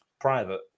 private